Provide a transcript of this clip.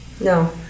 no